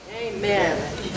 Amen